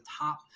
top